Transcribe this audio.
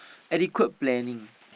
adequate planning